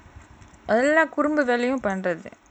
குடும்பத்துலயும்:kudumbathulayum